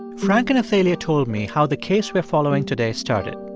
and frank and athalia told me how the case we're following today started.